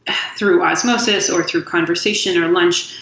through osmosis or through conversation or lunch,